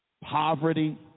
poverty